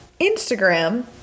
Instagram